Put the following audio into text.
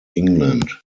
england